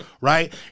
Right